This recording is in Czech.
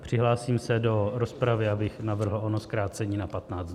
Přihlásím se do rozpravy, abych navrhl ono zkrácení na 15 dnů.